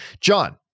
John